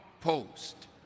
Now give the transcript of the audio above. post